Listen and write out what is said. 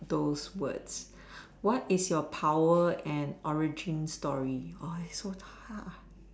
those words what is your power and origin story oh its so hard